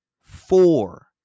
four